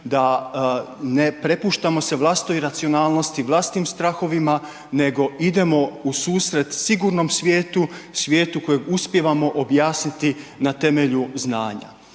da ne prepuštamo se vlastitoj iracionalnosti, vlastitim strahovima, nego idemo u susret sigurnom svijetu, svijetu kojeg uspijevamo objasniti na temelju znanja.